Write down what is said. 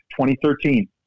2013